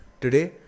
today